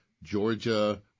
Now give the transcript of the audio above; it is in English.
Georgia